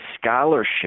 scholarship